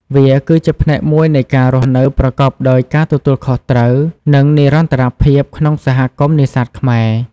វាគឺជាផ្នែកមួយនៃការរស់នៅប្រកបដោយការទទួលខុសត្រូវ និងនិរន្តរភាពក្នុងសហគមន៍នេសាទខ្មែរ។